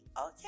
Okay